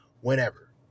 whenever